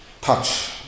touch